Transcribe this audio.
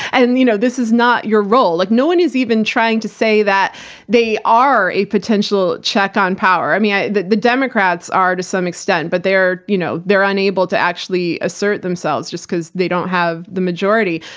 and, you know this is not your role. like no one is even trying to say that they are a potential check on power. i mean, the the democrats are, to some extent, but they're you know they're unable to actually assert themselves, just because they don't have the majority.